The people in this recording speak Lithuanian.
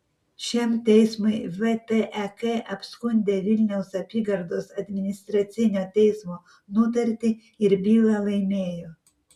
šiam teismui vtek apskundė vilniaus apygardos administracinio teismo nutartį ir bylą laimėjo